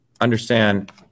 understand